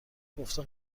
گفته